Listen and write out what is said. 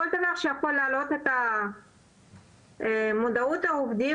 בכל דבר שיכול לעלות את מודעות העובדים